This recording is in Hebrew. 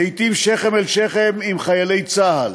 לעתים שכם אל שכם עם חיילי צה"ל,